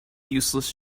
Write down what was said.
useless